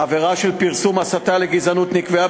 העבירה של פרסום הסתה לגזענות נקבעה